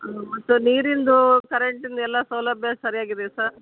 ಮತ್ತು ನೀರಿಂದು ಕರೆಂಟಿಂದು ಎಲ್ಲ ಸೌಲಭ್ಯ ಸರ್ಯಾಗಿ ಇದೆಯಾ ಸರ್